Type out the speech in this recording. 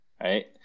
right